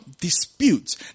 disputes